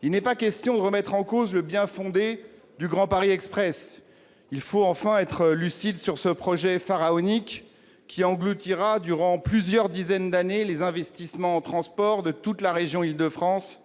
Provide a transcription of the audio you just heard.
s'il n'est pas question de remettre en cause le bien-fondé du Grand Paris Express, il faut enfin être lucide sur ce projet pharaonique qui engloutira, durant plusieurs dizaines d'années, les investissements en transport de toute la région Île-de-France,